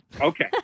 Okay